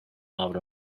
avro